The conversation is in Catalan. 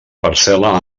parcel·la